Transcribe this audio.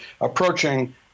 approaching